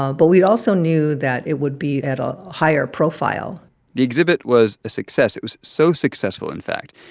ah but we also knew that it would be at a higher profile the exhibit was a success. it was so successful, in fact,